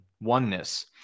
oneness